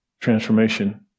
transformation